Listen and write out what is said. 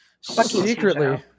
Secretly